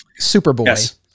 Superboy